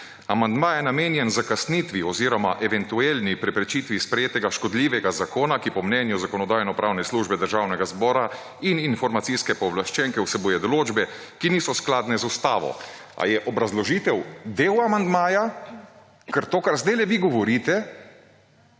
»Amandma je namenjen zakasnitvi oziroma eventualni preprečitvi sprejetega škodljivega zakona, ki po mnenju Zakonodajno-pravne službe Državnega zbora in informacijske pooblaščenke vsebuje določbe, ki niso skladne z Ustavo.« Ali je obrazložitev del amandmaja, ker to, kar vi sedaj govorite,